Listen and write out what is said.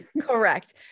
correct